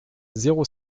zéro